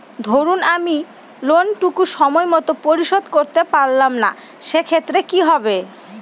ধরুন আমি লোন টুকু সময় মত পরিশোধ করতে পারলাম না সেক্ষেত্রে কি হবে?